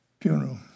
funeral